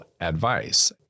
advice